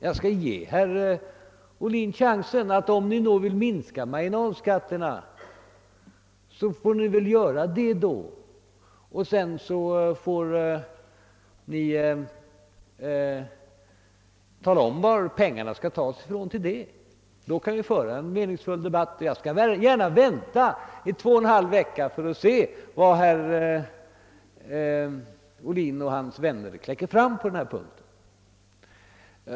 Jag skall ge herr Ohlin chansen att minska marginalskatten om ni vill göra det, och sedan får ni tala om varifrån pengarna härti!l skall tas. Då kan vi föra en meningsfull debatt. Jag skall gärna vänta i två och en halv vecka på ett förslag i denna fråga från herr Ohlin och hans vänner.